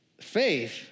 faith